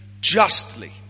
justly